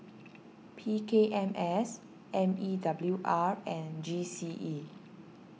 P K M S M E W R and G C E